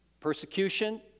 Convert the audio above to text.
persecution